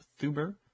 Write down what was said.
Thuber